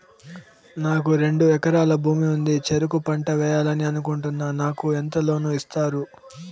నాకు రెండు ఎకరాల భూమి ఉంది, చెరుకు పంట వేయాలని అనుకుంటున్నా, నాకు ఎంత లోను ఇస్తారు?